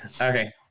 okay